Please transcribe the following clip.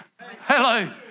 Hello